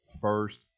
first